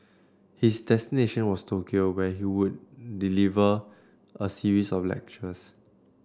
his destination was Tokyo where he would deliver a series of lectures